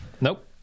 nope